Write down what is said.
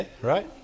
Right